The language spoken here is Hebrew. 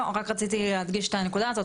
לא, רק רציתי להדגיש את הנקודה הזאת.